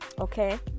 Okay